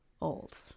old